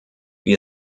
wie